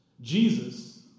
Jesus